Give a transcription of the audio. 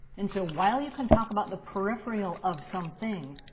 and so, while you can talk about the peripheral of something,